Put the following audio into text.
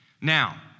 Now